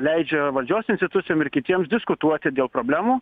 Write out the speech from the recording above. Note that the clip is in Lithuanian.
leidžia valdžios institucijos ir kitiems diskutuoti dėl problemų